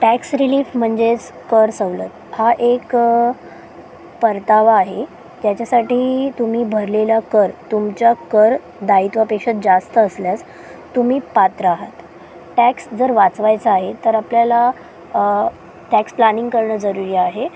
tax relief म्हणजेच कर सवलत हा एक परतावा आहे त्याच्यासाठी तुम्ही भरलेला कर तुमच्या करदायित्वापेक्षा जास्त असल्यास तुम्ही पात्र आहात टॅक्स जर वाचवायचा आहे तर आपल्याला टॅक्स प्लानिंग करणं जरुरी आहे